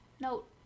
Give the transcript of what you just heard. note